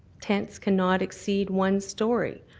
tents cannot exceed one storey.